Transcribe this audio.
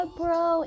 bro